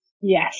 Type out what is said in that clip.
Yes